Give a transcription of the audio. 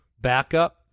backup